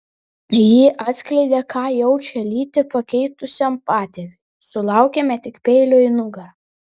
ji atskleidė ką jaučia lytį pakeitusiam patėviui sulaukėme tik peilio į nugarą